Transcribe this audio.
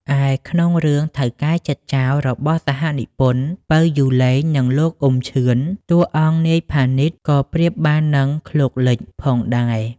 ឯក្នុងរឿង "ថៅកែចិត្តចោរ" របស់សហនិពន្ធ ពៅ យូឡេង និងលោក អ៊ុំ ឈឺន តួអង្គ នាយ ផានីត ក៏ប្រៀបបាននឹង "ឃ្លោកលិច" ផងដែរ។